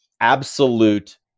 absolute